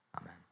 amen